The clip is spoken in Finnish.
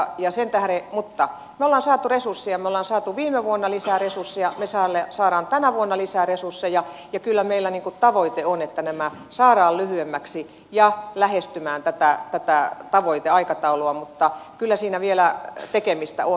mutta me olemme saaneet resursseja me olemme saaneet viime vuonna lisää resursseja me saamme tänä vuonna lisää resursseja ja kyllä meillä tavoite on että nämä saadaan lyhyemmäksi ja lähestymään tätä tavoiteaikataulua mutta kyllä siinä vielä tekemistä on